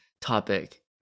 topic